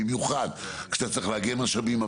במיוחד כשאתה צריך לארגן משאבים,